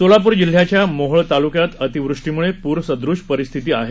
सोलापूर जिल्ह्याच्या मोहोळ ताल्क्यात अतिवृष्टीमुळे पूरसदृश परिस्थिती आहे